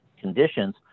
conditions